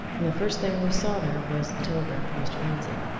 and the first thing we saw there was a telegram for mr. lindsey.